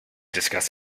discuss